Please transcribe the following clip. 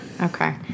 Okay